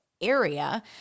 area